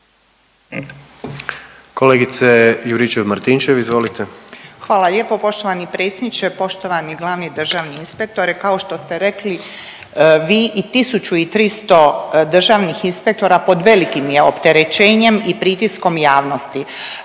izvolite. **Juričev-Martinčev, Branka (HDZ)** Hvala lijepo poštovani predsjedniče, poštovani glavni državni inspektore. Kao što ste rekli, vi i 1300 državnih inspektora pod velikim je opterećenjem i pritiskom javnosti.